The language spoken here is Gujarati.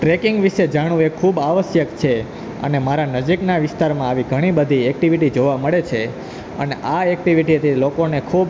ટ્રેકિંગ વિષે જાણવું એ ખૂબ આવશ્યક છે અને મારા નજીકના વિસ્તારમાં આવી ઘણી બધી એકટીવિટી જોવા મળે છે અને આ એકટીવિટીથી લોકોને ખૂબ